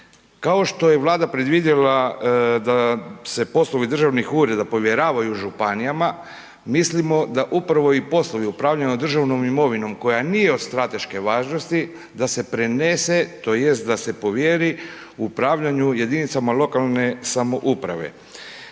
Kao što je Vlada predvidjela da se poslovi državnih ureda povjeravaju županijama, mislimo da upravo i poslovi upravljanja državnom imovinom koja nije od strateške važnosti da se prenese tj. da se povjeri upravljanju jedinice lokalne samouprave.